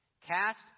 Cast